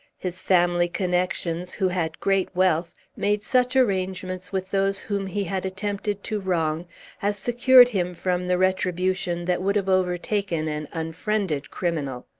his family connections, who had great wealth, made such arrangements with those whom he had attempted to wrong as secured him from the retribution that would have overtaken an unfriended criminal.